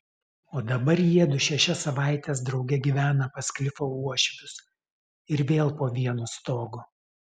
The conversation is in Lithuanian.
o dabar jiedu šešias savaites drauge gyvena pas klifo uošvius ir vėl po vienu stogu